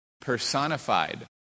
personified